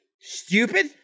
Stupid